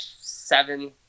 seven